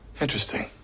Interesting